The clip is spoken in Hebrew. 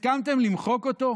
הסכמתם למחוק אותו?